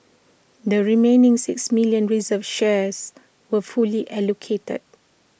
the remaining six million reserved shares were fully allocated